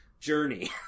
journey